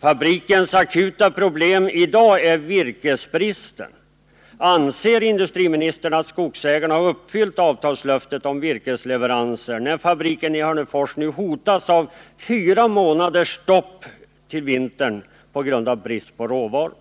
Fabrikens i dag akuta problem är virkesbristen. Anser industriministern att skogsägarna har uppfyllt avtalslöftet om virkesleveranser när fabriken i Hörnefors nu till vintern hotas av fyra månaders stopp på grund av brist på råvaror?